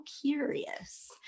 curious